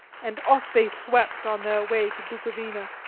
and off they swept on their way to bukovina.